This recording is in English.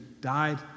died